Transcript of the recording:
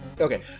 Okay